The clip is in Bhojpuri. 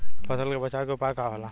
फसल के बचाव के उपाय का होला?